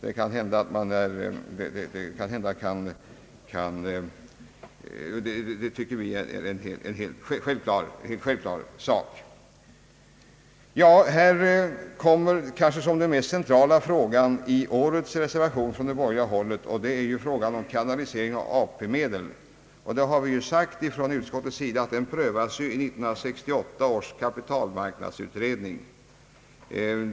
Den kanske mest centrala frågan i årets reservation från det borgerliga hållet är frågan om kanalisering av AP medel. Utskottet har sagt att denna fråga prövas av 1968 års kapitalmarknadsutredning.